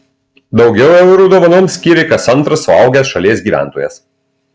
daugiau eurų dovanoms skyrė kas antras suaugęs šalies gyventojas